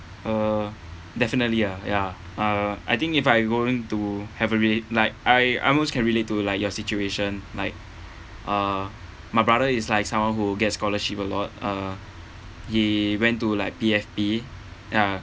uh definitely ah ya uh I think if I going to have a relate like I I almost can relate to like your situation like uh my brother is like someone who get scholarship a lot uh he went to like P_F_P ya